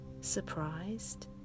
surprised